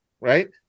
right